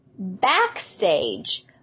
backstage